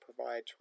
provides